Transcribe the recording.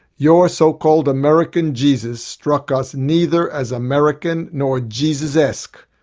your so-called american jesus struck us neither as american, nor jesusesque,